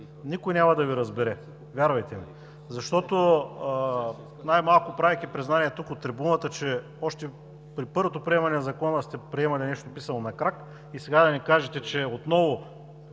Никой няма да Ви разбере, вярвайте ми! Защото най-малко, правейки признание тук, от трибуната, че още при първото приемане на Закона сте приемали нещо писано на крак и сега да ни кажете, че отново